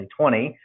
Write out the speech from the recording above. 2020